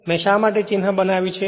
મે શા માટે આ ચિન્હ બનાવ્યું છે